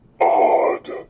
Odd